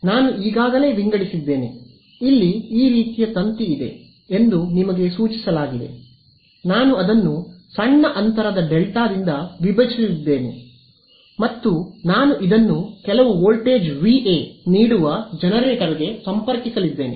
ಆದ್ದರಿಂದ ನಾನು ಈಗಾಗಲೇ ವಿಂಗಡಿಸಿದ್ದೇನೆ ಇಲ್ಲಿ ಈ ರೀತಿಯ ತಂತಿ ಇದೆ ಎಂದು ನಿಮಗೆ ಸೂಚಿಸಲಾಗಿದೆ ನಾನು ಅದನ್ನು ಸಣ್ಣ ಅಂತರದ ಡೆಲ್ಟಾದಿಂದ ವಿಭಜಿಸಲಿದ್ದೇನೆ ಮತ್ತು ನಾನು ಇದನ್ನು ಕೆಲವು ವೋಲ್ಟೇಜ್ ವಿಎ ನೀಡುವ ಜನರೇಟರ್ಗೆ ಸಂಪರ್ಕಿಸಲಿದ್ದೇನೆ